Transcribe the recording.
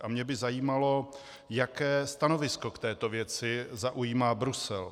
A mě by zajímalo, jaké stanovisko k této věci zaujímá Brusel.